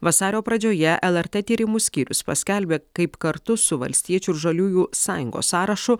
vasario pradžioje lrt tyrimų skyrius paskelbė kaip kartu su valstiečių ir žaliųjų sąjungos sąrašu